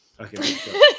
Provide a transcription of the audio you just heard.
Okay